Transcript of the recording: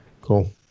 Cool